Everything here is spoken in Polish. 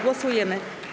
Głosujemy.